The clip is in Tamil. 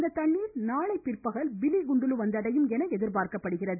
இந்த தண்ணீர் நாளை பிற்பகல் பிலுகுண்டுலு வந்தடையும் என எதிர்பார்க்கப்படுகிறது